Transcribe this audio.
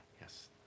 yes